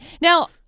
Now